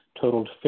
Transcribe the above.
totaled